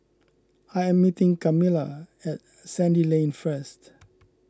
I am meeting Kamilah at Sandy Lane first